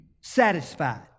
satisfied